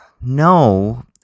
No